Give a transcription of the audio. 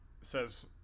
says